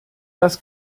das